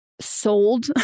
sold